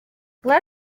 let